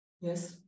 Yes